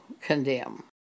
condemn